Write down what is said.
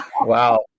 Wow